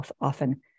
often